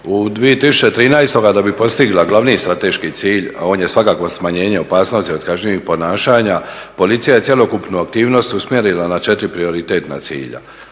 U 2013. da bi postigla glavni strateški cilj, a on je svakako smanjenje opasnosti od kažnjivih ponašanja policija je cjelokupnu aktivnost usmjerila na 4 prioritetna cilja.